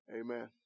Amen